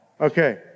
Okay